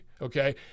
Okay